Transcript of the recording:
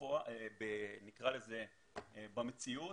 נקרא לזה במציאות,